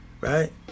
Right